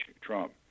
Trump